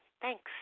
thanks